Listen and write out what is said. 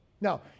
Now